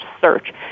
Search